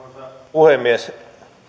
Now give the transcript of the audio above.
puhemies